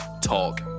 Talk